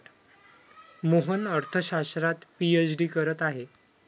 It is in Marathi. मोहन अर्थशास्त्रात पीएचडी करत आहे